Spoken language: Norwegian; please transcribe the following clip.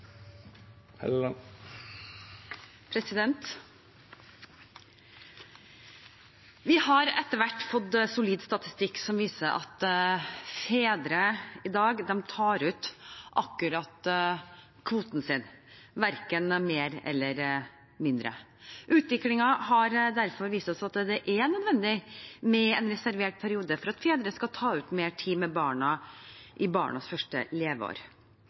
Vi har etter hvert fått solid statistikk som viser at fedre i dag tar ut akkurat kvoten sin – verken mer eller mindre. Utviklingen har derfor vist oss at det er nødvendig med en reservert periode for at fedre skal ta ut mer tid med barna i barnas første leveår.